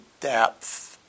depth